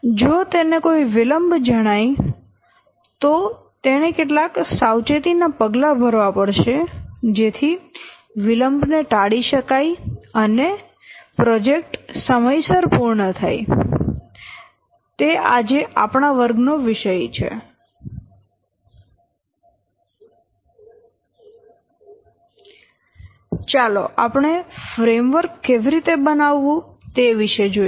જો તેને કોઈ વિલંબ જણાય તો તેણે કેટલાક સાવચેતી નાં પગલાં ભરવા પડશે જેથી વિલંબ ને ટાળી શકાય અને પ્રોજેક્ટ સમયસર પૂર્ણ થાય તે આજે આપણા વર્ગ નો વિષય છે ચાલો આપણે ફ્રેમવર્ક કેવી રીતે બનાવવું તે વિશે જોઈએ